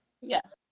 yes